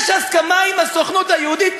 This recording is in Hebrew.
יש הסכמה עם הסוכנות היהודית,